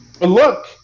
look